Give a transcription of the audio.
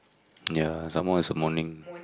ya someone is a morning